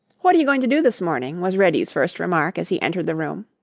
what are you going to do this morning? was reddy's first remark as he entered the room.